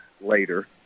later